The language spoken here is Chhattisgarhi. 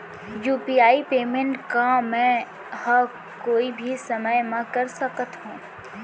यू.पी.आई पेमेंट का मैं ह कोई भी समय म कर सकत हो?